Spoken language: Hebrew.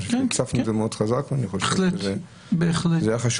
אני חושב שהצפנו את זה מאוד חזק ואני חושב שזה היה חשוב,